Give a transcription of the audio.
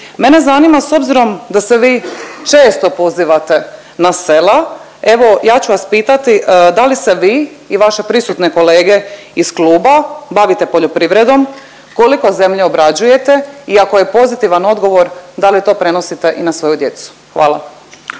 Mene zanima s obzirom da se vi često pozivate na sela, evo ja ću vas pitati da li se vi i vaše prisutne kolege iz kluba bavite poljoprivredom, koliko zemlje obrađujete i ako je pozitivan odgovor, da li to prenosite i na svoju djecu? Hvala.